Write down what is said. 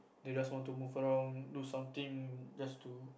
they just want to walk around do something just to